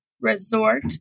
resort